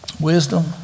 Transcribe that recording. wisdom